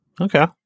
Okay